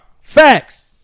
Facts